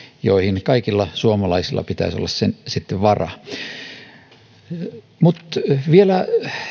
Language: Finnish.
joihin kaikilla suomalaisilla pitäisi olla sitten varaa vielä